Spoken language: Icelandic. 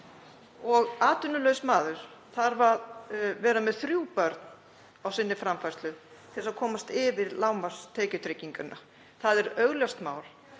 Atvinnulaus maður þarf að vera með þrjú börn á framfærslu sinni til að komast yfir lágmarkstekjutrygginguna. Það er augljóst mál